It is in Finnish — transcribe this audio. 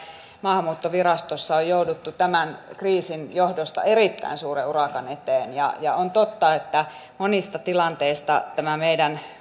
maahanmuuttovirastossa on jouduttu tämän kriisin johdosta erittäin suuren urakan eteen on totta että monista tilanteista tämä meidän